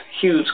huge